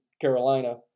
Carolina